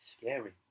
Scary